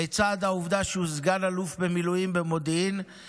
לצד העובדה שהוא סגן אלוף במילואים במודיעין.